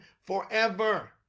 forever